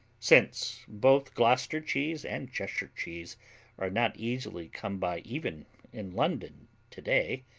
since both gloucester cheese and cheshire cheese are not easily come by even in london today,